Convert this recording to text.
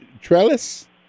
Trellis